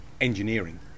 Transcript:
engineering